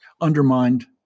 undermined